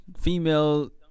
female